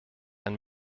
ein